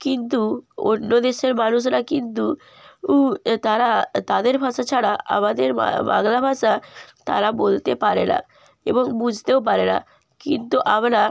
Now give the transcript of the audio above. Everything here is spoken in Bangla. কিন্তু অন্য দেশের মানুষরা কিন্তু তারা তাদের ভাষা ছাড়া আমাদের বাংলা ভাষা তারা বলতে পারে না এবং বুঝতেও পারে না কিন্তু আমরা